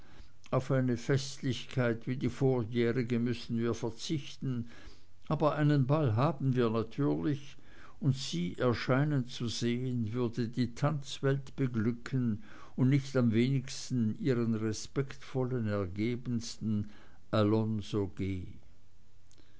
auf eine festlichkeit wie die vorjährige müssen wir verzichten aber einen ball haben wir natürlich und sie erscheinen zu sehen würde die tanzwelt beglücken und nicht am wenigsten ihren respektvollst ergebenen alonzo